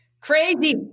crazy